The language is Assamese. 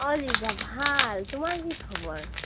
অ লিজা ভাল তোমাৰ কি খবৰ